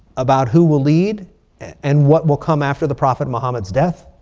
about who will lead and what will come after the prophet muhammad's death.